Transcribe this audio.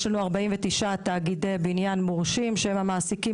יש לנו 49 תאגידי בניין מורשים שהם המעסיקים